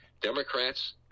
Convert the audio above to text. Democrats